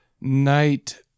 Night